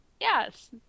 Yes